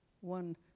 one